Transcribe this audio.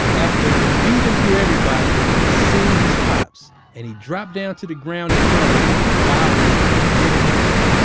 after weaving through everybody, he seen his pops and he dropped down to the ground in front of him, bowing and giving him honor